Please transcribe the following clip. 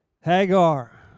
Hagar